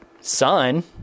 son